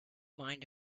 mind